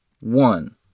One